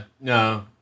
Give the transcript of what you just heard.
no